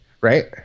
right